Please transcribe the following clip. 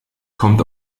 kommt